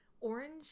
orange